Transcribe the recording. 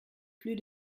plus